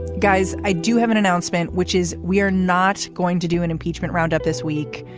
guys. i do have an announcement, which is we are not going to do an impeachment roundup this week.